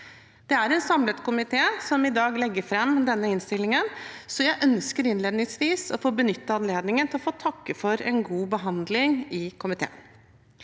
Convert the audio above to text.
Det er en samlet komité som i dag legger fram denne innstillingen, så jeg ønsker innledningsvis å benytte anledningen til å takke for en god behandling i komiteen.